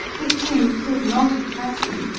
the thing could not have happened,